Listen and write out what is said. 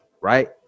right